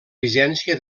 vigència